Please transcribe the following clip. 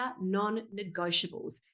non-negotiables